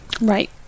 Right